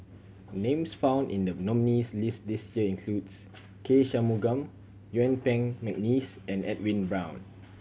names found in the nominees' list this year includes K Shanmugam Yuen Peng McNeice and Edwin Brown